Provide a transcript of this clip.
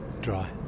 dry